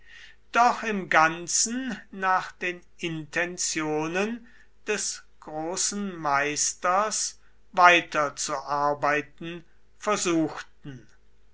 doch im ganzen nach den intentionen des großen meisters weiter zu arbeiten versuchten